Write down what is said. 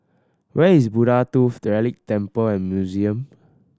where is Buddha Tooth Relic Temple and Museum